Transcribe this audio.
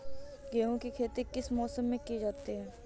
गेहूँ की खेती किस मौसम में की जाती है?